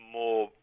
more